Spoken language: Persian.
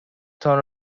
تان